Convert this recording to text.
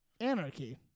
anarchy